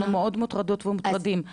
אנחנו מאוד מוטרדות ומוטרדות.